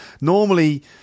Normally